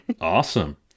Awesome